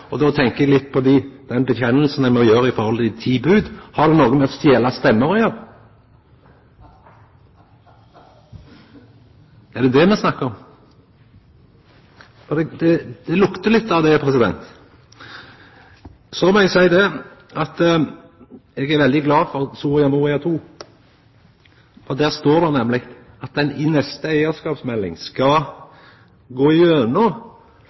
og då tenkjer eg litt på vedkjenninga ein må gjera i samband med dei ti bod – å stela stemmer å gjera? Er det det me snakkar om? For det luktar litt av det. Så må eg seia at eg er veldig glad for Soria Moria II-erklæringa, for der står det nemleg at ein i den neste eigarskapsmeldinga skal gå